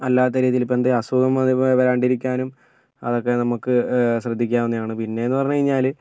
അല്ലാത്ത രീതിയിൽ ഇപ്പോൾ അസുഖങ്ങൾ വരാണ്ടിരിക്കാനും അതൊക്കെ നമുക്ക് ശ്രദ്ധിക്കാവുന്നതാണ് പിന്നെയെന്ന് പറഞ്ഞുകഴിഞ്ഞാൽ